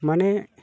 ᱢᱟᱱᱮ